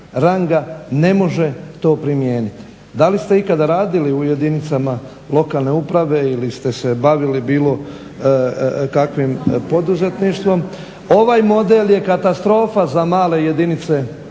ne može to primijeniti. Da li ste ikada radili u jedinicama lokalne uprave ili ste se bavili bilo kakvim poduzetništvom. Ovaj model je katastrofa za male jedinice